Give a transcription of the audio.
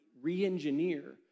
re-engineer